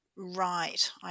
right